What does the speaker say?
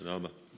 תודה רבה.